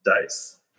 dice